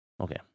Okay